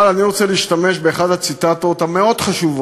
אבל אני רוצה להשתמש באחת הציטטות המאוד-חשובות